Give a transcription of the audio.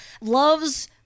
loves